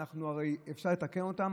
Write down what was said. אפשר לתקן אותן,